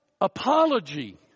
apology